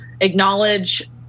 acknowledge